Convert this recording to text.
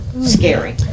Scary